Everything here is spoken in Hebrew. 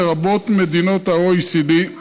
לרבות מדינות ה-OECD.